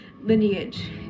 lineage